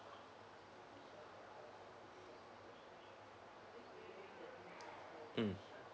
mm